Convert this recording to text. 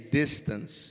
distance